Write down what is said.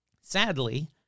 sadly